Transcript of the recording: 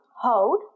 hold